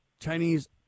Chinese